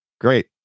great